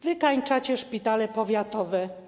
Wykańczacie szpitale powiatowe.